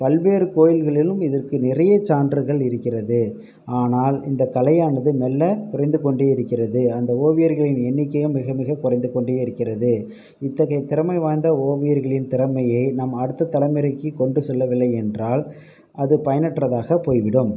பல்வேறு கோயில்களிலும் இதற்கு நிறையச் சான்றுகள் இருக்கிறது ஆனால் இந்தக் கலையானது மெல்ல குறைந்து கொண்டே இருக்கிறது அந்த ஓவியர்களின் எண்ணிக்கையும் மிக மிகக் குறைந்து கொண்டே இருக்கிறது இத்தகையத் திறமை வாய்ந்த ஓவியர்களின் திறமையை நம் அடுத்த தலைமுறைக்கு கொண்டு செல்லவில்லை என்றால் அது பயனற்றதாக போய்விடும்